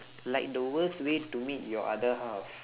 like the worst way to meet your other half